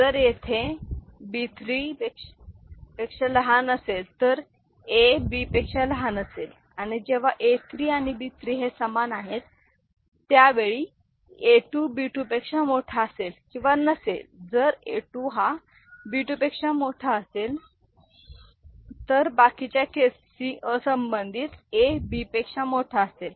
जर येथे B3 पेक्षा लहान असेल तर ये बी पेक्षा लहान असेल आणि जेव्हा A3 आणि B3 हे समान आहेत त्यावेळी A2 B 2 पेक्षा मोठा असेल किंवा नसेल जर A2 हा B2 पेक्षा मोठा असेल तर बाकीच्या केसीसी असंबंधित ए बी पेक्षा मोठा असेल